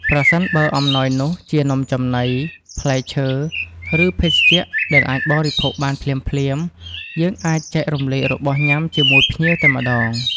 ប្រសិនបើអំណោយនោះជានំចំណី ផ្លែឈើ ឬភេសជ្ជៈដែលអាចបរិភោគបានភ្លាមៗ យើងអាចចែករំលែករបស់ញ៉ាំជាមួយភ្ញៀវតែម្តង។